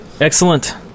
excellent